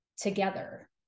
together